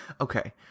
Okay